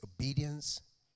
obedience